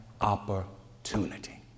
opportunity